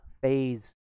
phase